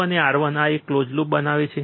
R2 અને R1 આ એક કલોઝ લૂપ બનાવે છે